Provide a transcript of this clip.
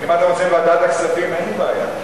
אם אתה רוצה ועדת הכספים, אין לי בעיה.